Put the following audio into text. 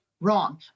Wrong